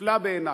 נפלא בעיני.